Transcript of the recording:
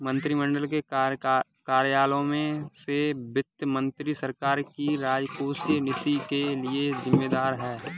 मंत्रिमंडल के कार्यालयों में से वित्त मंत्री सरकार की राजकोषीय नीति के लिए जिम्मेदार है